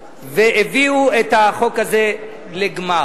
והביאו את החוק הזה לגמר.